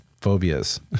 phobias